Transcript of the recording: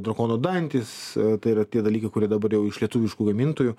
drakono dantys tai yra tie dalykai kurie dabar jau iš lietuviškų gamintojų